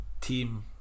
team